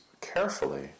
carefully